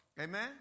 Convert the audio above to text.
Amen